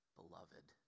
beloved